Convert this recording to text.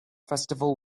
festival